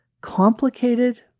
complicated